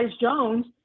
Jones